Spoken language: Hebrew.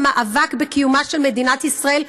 ליהנות ממעמד וזכויות כלכליות מהמדינה שהם רוצים להשמיד.